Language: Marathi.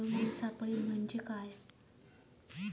फेरोमेन सापळे म्हंजे काय?